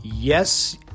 Yes